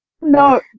No